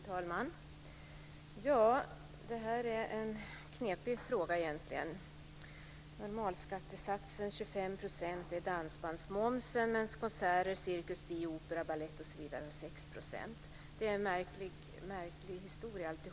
Fru talman! Det här är en knepig fråga. Dansbandsmomsen följer normalskattesatsen 25 % medan konserter, cirkus, bio, opera, balett osv. beskattas med 6 %. Detta är en märklig historia.